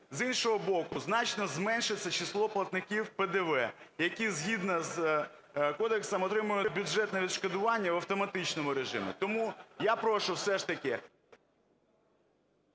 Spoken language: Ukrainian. З іншого боку значно зменшиться число платників ПДВ, які згідно з кодексом отримують бюджетне відшкодування в автоматичному режимі. Тому я прошу все ж таки…